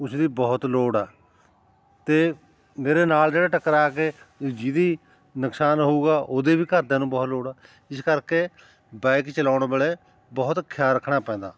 ਉਸ ਦੀ ਬਹੁਤ ਲੋੜ ਆ ਅਤੇ ਮੇਰੇ ਨਾਲ ਜਿਹੜੇ ਟਕਰਾ ਕੇ ਜਿਹਦੀ ਨੁਕਸਾਨ ਹੋਊਗਾ ਉਹਦੇ ਵੀ ਘਰਦਿਆਂ ਨੂੰ ਬਹੁਤ ਲੋੜ ਆ ਜਿਸ ਕਰਕੇ ਬਾਈਕ ਚਲਾਉਣ ਵੇਲੇ ਬਹੁਤ ਖ਼ਿਆਲ ਰੱਖਣਾ ਪੈਂਦਾ